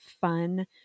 fun